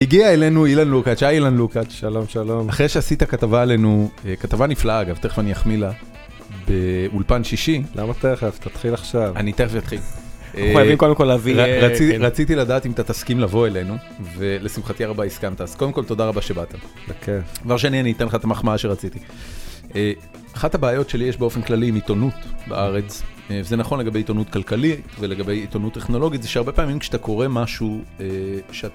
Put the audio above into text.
הגיע אלינו אילן לוקאץ, היי אילן לוקאץ, שלום שלום, אחרי שעשית כתבה עלינו, כתבה נפלאה אגב, תכף אני אחמיא לה, באולפן שישי, למה תכף, תתחיל עכשיו, אני תכף אתחיל, רציתי לדעת אם אתה תסכים לבוא אלינו, ולשמחתי הרבה הסכמת, אז קודם כל תודה רבה שבאת, בכיף, כבר שאני איתן לך את המחמאה שרציתי, אחת הבעיות שלי יש באופן כללי עם עיתונות בארץ, וזה נכון לגבי עיתונות כלכלית ולגבי עיתונות טכנולוגית, זה שהרבה פעמים כשאתה קורא משהו שאתה,